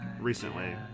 recently